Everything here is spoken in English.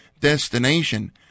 destination